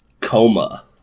coma